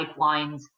pipelines